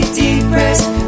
depressed